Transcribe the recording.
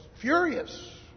furious